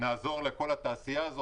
נעזור לכל התעשייה הזאת.